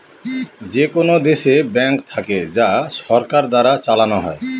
যেকোনো দেশে ব্যাঙ্ক থাকে যা সরকার দ্বারা চালানো হয়